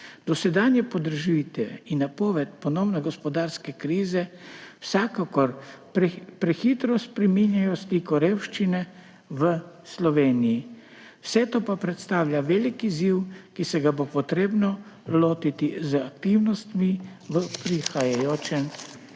Dosedanje podražitve in napoved ponovne gospodarske krize vsekakor prehitro spreminjajo sliko revščine v Sloveniji. Vse to pa predstavlja velik izziv, ki se ga bo treba lotiti z aktivnostmi v prihajajočem